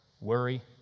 worry